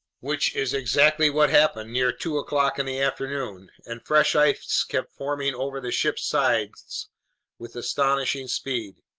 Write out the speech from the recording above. which is exactly what happened near two o'clock in the afternoon, and fresh ice kept forming over the ship's sides with astonishing speed.